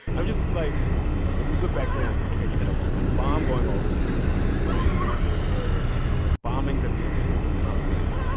i'm just, like if you look back then, ok, you had a ah bomb going off on this campus, right? there were there was bombings at the university of wisconsin,